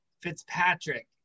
Fitzpatrick